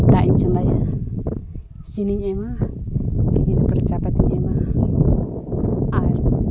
ᱫᱟᱜ ᱤᱧ ᱪᱚᱸᱫᱟᱭᱟ ᱪᱤᱱᱤᱧ ᱮᱢᱟ ᱤᱱᱟᱹᱯᱚᱨᱮ ᱪᱟ ᱯᱟᱹᱛᱤᱧ ᱮᱢᱟ ᱟᱨ